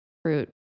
fruit